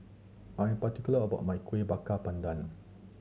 I am particular about my Kueh Bakar Pandan